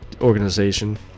organization